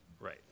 right